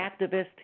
activist